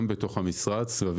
גם בתוך המשרדים,